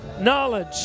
knowledge